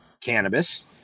cannabis